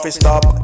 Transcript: stop